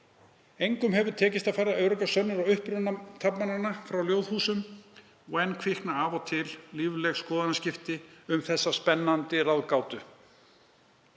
Engum hefur tekist að færa öruggar sönnur á uppruna taflmannanna frá Ljóðhúsum og enn kvikna af og til lífleg skoðanaskipti um þessa spennandi ráðgátu.